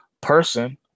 person